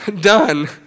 done